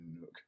Nook